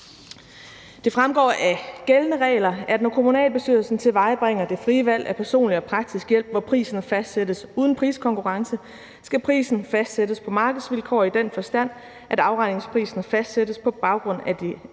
Det fremgår af gældende regler, at når kommunalbestyrelsen tilvejebringer det frie valg af personlig og praktisk hjælp, hvor prisen fastsættes uden priskonkurrence, skal prisen fastsættes på markedsvilkår i den forstand, at afregningsprisen fastsættes på baggrund af de